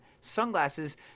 sunglasses